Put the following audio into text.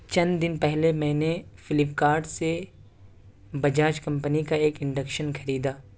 چند دن پہلے میں نے فلپکارٹ سے بجاج کمپنی کا ایک انڈکشن خریدا